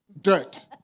Dirt